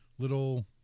little